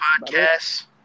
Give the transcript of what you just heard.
Podcast